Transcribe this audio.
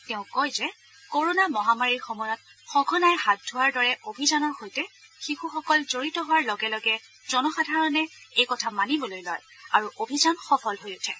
তেওঁ কয় যে কৰোনা মহামাৰীৰ সময়ত সঘনাই হাত ধোৱাৰ দৰে অভিযানৰ সৈতে শিশুসকল জড়িত হোৱাৰ লগে লগে জনসাধাৰণে এই কথা মানিবলৈ লয় আৰু অভিযান সফল হৈ উঠে